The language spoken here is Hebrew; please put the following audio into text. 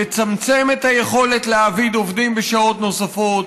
לצמצם את היכולת להעביד עובדים בשעות נוספות,